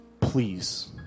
Please